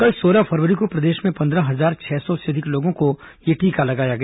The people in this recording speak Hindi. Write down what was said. कल सोलह फरवरी को प्रदेश में पंद्रह हजार छह सौ से अधिक लोगों को यह टीका लगाया गया